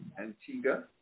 Antigua